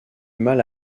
mal